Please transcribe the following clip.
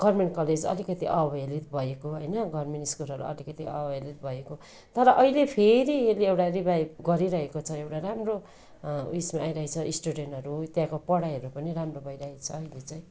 government college अलिकति अवहेलित भएको होइन गभर्नमेन्ट स्कुलहरू अलिकति अवहेलित भएको तर अहिले फेरि यसले एउटा रिभाइभ गरिरहेको छ एउटा राम्रो उइसमा आइरहेको छ स्टुडेन्टहरू त्यहाँको पढाइहरू पनि राम्रो भइरहेको छ अहिले चाहिँ